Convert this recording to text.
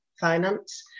finance